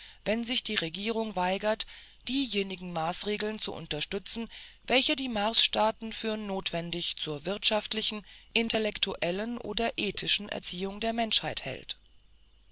wenn sich die regierung weigert diejenigen maßregeln zu unterstützen welche die marsstaaten für notwendig zur wirtschaftlichen intellektuellen oder ethischen erziehung der menschheit hält